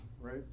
right